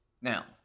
Now